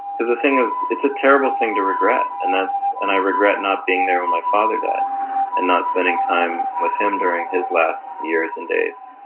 because the thing is, it's a terrible thing to regret. and that's, and i regret not being there when my father died and not spending time with him during his last years and days.